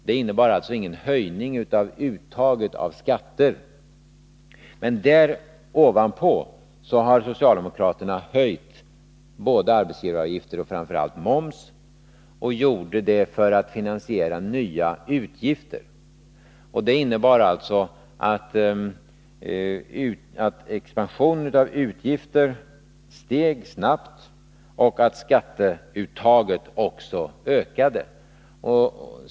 Det innebar alltså ingen höjning av uttaget av skatter. Men ovanpå detta har socialdemokraterna höjt både arbetsgivaravgifter och, framför allt, moms. Och det gjorde man för att finansiera nya utgifter. Det innebar alltså att expansionen av utgifter steg snabbt och att skatteuttaget också ökade.